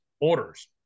orders